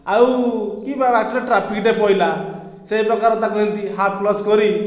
ଆଉ କି ବା ବାଟରେ ଟ୍ରାଫିକଟିଏ ପଡ଼ିଲା ସେହି ପ୍ରକାର ତାକୁ ଏମିତି ହାଫ କ୍ଳଚ କରି